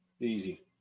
Easy